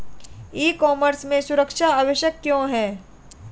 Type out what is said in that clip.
ई commerce में सुरक्षा आवश्यक क्यों है?